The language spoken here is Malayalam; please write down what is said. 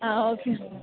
ആ ഓക്കെയാണ്